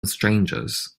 strangers